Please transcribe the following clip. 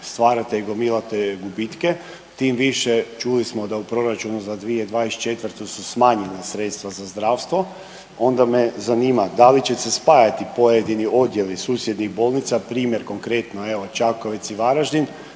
stvarate i gomilate gubitke. Tim više čuli smo da u proračunu za 2024. su smanjena sredstva za zdravstvo. Onda me zanima da li će se spajati pojedini odjeli susjednih bolnica. Primjer konkretno evo Čakovec i Varaždin